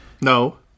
no